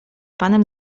panem